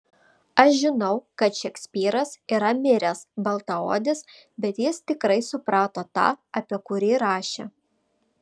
aš žinau kad šekspyras yra miręs baltaodis bet jis tikrai suprato tą apie kurį rašė